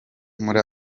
muri